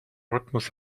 rhythmus